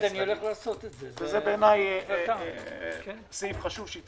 זה בעיניי סעיף חשוב.